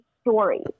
story